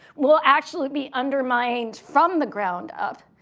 will actually be undermined from the ground up,